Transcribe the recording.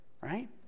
Right